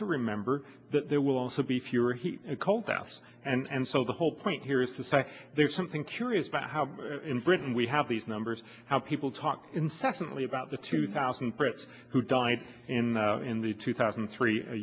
to remember that there will also be fewer heat and cold baths and so the whole point here is to say there's something curious about how in britain we have these numbers how people talk incessantly about the two thousand brits who died in in the two thousand and three